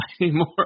anymore